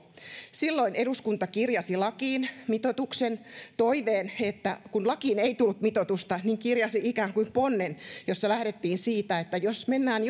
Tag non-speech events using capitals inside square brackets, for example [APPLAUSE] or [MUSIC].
silloin eduskunta kirjasi lakiin mitoituksen toiveen eli kun lakiin ei tullut mitoitusta niin kirjasi ikään kuin ponnen jossa lähdettiin siitä että jos mennään [UNINTELLIGIBLE]